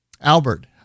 Albert